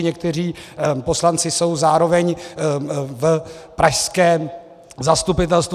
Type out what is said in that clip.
Někteří poslanci jsou zároveň v pražském zastupitelstvu.